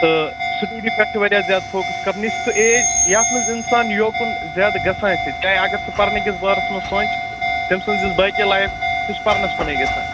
تہٕ سٕٹُڈی پٮ۪ٹھ چھِ واریاہ زیادٕ فوکَس کَرُن یہِ چھِ سُہ ایج یَتھ منٛز اِنسان یوکُن زیادٕ گژھان چھِ چاہے اگر سُہ پَرنٕکِس بارَس منٛز سونٛچہِ تٔمۍ سٕنٛز یُس باقٕے لایف سُہ چھِ پَرنَسکُنُے گژھان